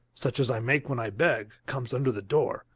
such as i make when i beg, comes under the door.